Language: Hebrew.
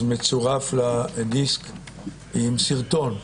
אז מצורף לה דיסק עם סרטון,